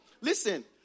listen